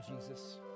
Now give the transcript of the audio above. Jesus